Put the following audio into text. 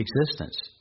existence